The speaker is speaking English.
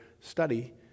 study